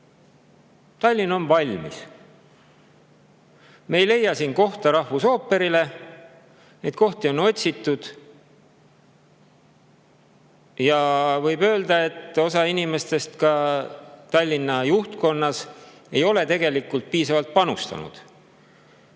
Tallinn on valmis. Me ei leia siin kohta rahvusooperile, ehkki neid kohti on otsitud. Võib öelda, et osa inimestest ka Tallinna juhtkonnas ei ole tegelikult piisavalt panustanud.